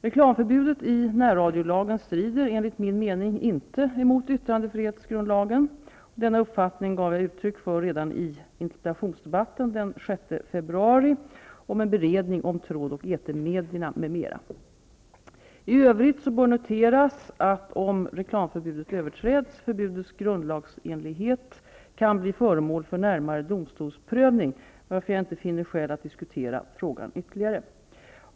Reklamförbudet i närradiolagen strider enligt min mening inte mot yttrandefrihetsgrundlagen. Denna uppfattning gav jag uttryck för redan i interpellationsdebatten den 6 februari om en beredning om tråd och etermedierna m.m. I övrigt bör noteras att om reklamförbudet överträds, kan förbudets grundlagsenlighet bli föremål för närmare domstolsprövning, varför jag inte finner skäl att diskutera frågan ytterligare.